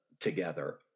together